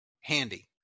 Handy